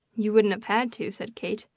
you wouldn't have had to, said kate.